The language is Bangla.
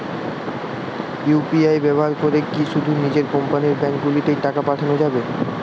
ইউ.পি.আই ব্যবহার করে কি শুধু নিজের কোম্পানীর ব্যাংকগুলিতেই টাকা পাঠানো যাবে?